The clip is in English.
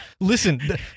Listen